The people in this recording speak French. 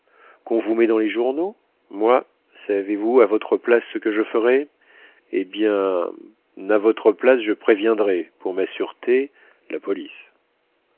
qu'on vous met dans les journaux moi savez-vous à votre place ce que je ferais eh bien n'à votre place je préviendrais pour ma sûreté la police